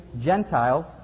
Gentiles